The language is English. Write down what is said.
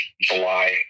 July